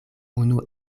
unu